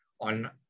on